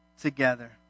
together